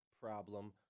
problem